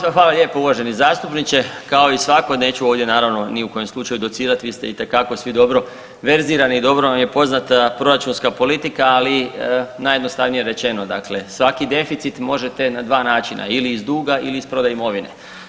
Pa kao i, hvala lijepo uvaženi zastupniče, kao i svatko neću ovdje naravno ni u kojem slučaju docirati, vi ste itekako svi dobro verzirani i dobro vam je poznata proračunska politika, ali najjednostavnije rečeno, dakle svaki deficit možete na dva načina ili iz duga ili iz prodaje imovine.